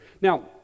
Now